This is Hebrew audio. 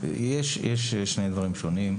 יש שני דברים שונים.